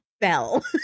bell